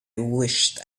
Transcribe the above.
wished